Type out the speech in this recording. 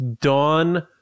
Dawn